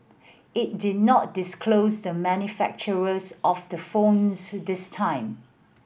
it did not disclose the manufacturers of the phones this time